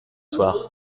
soir